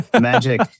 magic